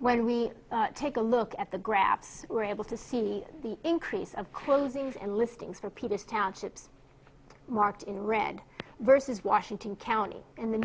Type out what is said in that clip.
when we take a look at the graph we're able to see the increase of closings and listings for peters townships marked in red versus washington county in the